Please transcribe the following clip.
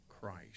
Christ